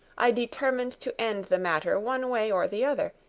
i determined to end the matter one way or the other,